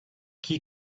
qui